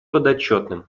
подотчетным